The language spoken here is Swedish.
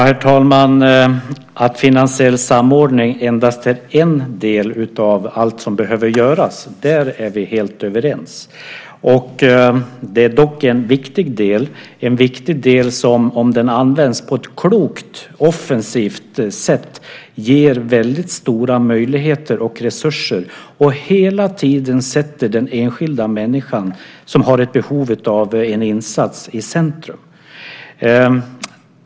Herr talman! Att finansiell samordning endast är en del av allt som behöver göras är vi helt överens om. Det är dock en viktig del som, om den används på ett klokt och offensivt sätt, ger stora möjligheter och resurser och hela tiden sätter den enskilda människan, som har behov av en insats, i centrum.